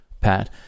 Pat